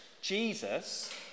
Jesus